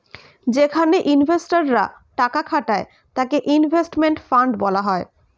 যেখানে ইনভেস্টর রা টাকা খাটায় তাকে ইনভেস্টমেন্ট ফান্ড বলা হয়